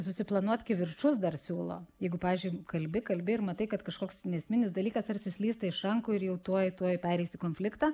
susiplanuot kivirčus dar siūlo jeigu pavyzdžiui kalbi kalbi ir matai kad kažkoks neesminis dalykas tarsi slysta iš rankų ir jau tuoj tuoj pereis į konfliktą